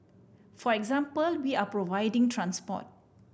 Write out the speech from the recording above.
for example we are providing transport